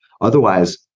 otherwise